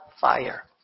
fire